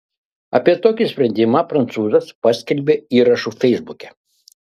apie tokį sprendimą prancūzas paskelbė įrašu feisbuke